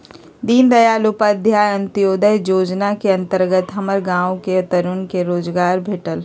दीनदयाल उपाध्याय अंत्योदय जोजना के अंतर्गत हमर गांव के तरुन के रोजगार भेटल